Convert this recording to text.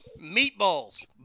Meatballs